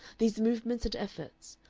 these movements and efforts,